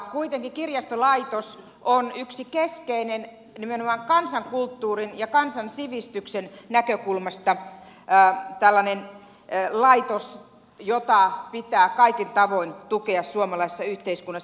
kuitenkin kirjastolaitos on nimenomaan kansankulttuurin ja kansansivistyksen näkökulmasta yksi keskeinen laitos jota pitää kaikin tavoin tukea suomalaisessa yhteiskunnassa